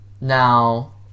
Now